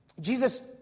Jesus